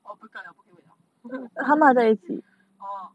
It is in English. or 不在 liao 不可以问 liao orh